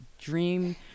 dream